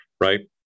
Right